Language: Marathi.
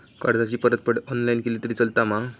कर्जाची परतफेड ऑनलाइन केली तरी चलता मा?